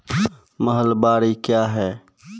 महलबाडी क्या हैं?